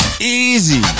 Easy